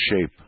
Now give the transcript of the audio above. shape